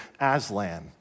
Aslan